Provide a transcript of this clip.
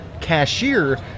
cashier